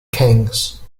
kings